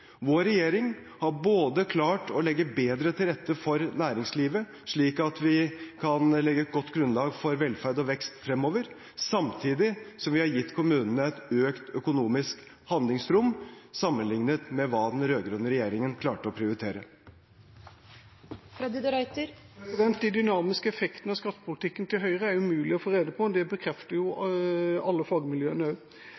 Vår regjering har klart å legge bedre til rette for næringslivet, slik at vi kan legge et godt grunnlag for velferd og vekst fremover, samtidig som vi har gitt kommunene et økt økonomisk handlingsrom sammenlignet med det den rød-grønne regjeringen klarte å prioritere. De dynamiske effektene av skattepolitikken til Høyre er umulig å få rede på, det bekrefter